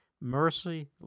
Mercy